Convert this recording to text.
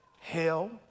hell